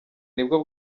nibwo